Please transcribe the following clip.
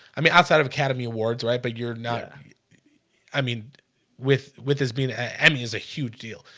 i mean outside of academy awards, right? but you're not ah i mean with with this being an emmy is a huge deal.